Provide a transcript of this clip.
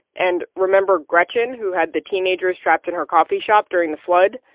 and remember gretchen, who had the teenagers trapped in her coffee shop during the flood?